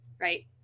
Right